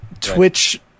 Twitch